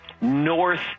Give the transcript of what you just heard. North